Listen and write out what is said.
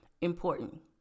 important